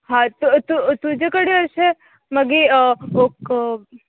हा तूं तू तुजे कडे अशें मागीर